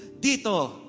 dito